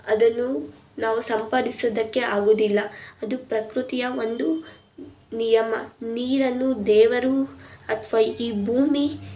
ಅದನ್ನು ನಾವು ಸಂಪಾದಿಸೋದಕ್ಕೆ ಆಗೋದಿಲ್ಲ ಅದು ಪ್ರಕೃತಿಯ ಒಂದು ನಿಯಮ ನೀರನ್ನು ದೇವರು ಅಥವಾ ಈ ಭೂಮಿ